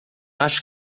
acho